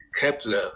Kepler